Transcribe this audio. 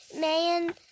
man